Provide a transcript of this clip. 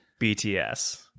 BTS